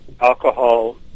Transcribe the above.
Alcohol